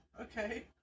Okay